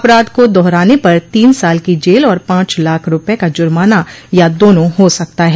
अपराध को दोहराने पर तीन साल की जेल और पांच लाख रूपये का जुर्माना या दोनों हो सकता है